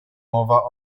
mowa